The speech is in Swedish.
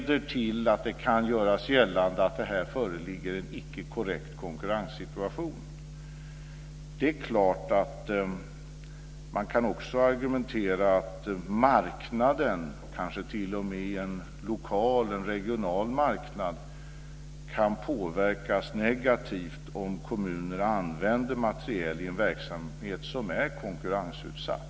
Det kan göras gällande att det föreligger en icke-korrekt konkurrenssituation. Man kan också argumentera att marknaden - kanske t.o.m. en lokal eller regional marknad - kan påverkas negativt om kommuner använder materiel i en verksamhet som är konkurrensutsatt.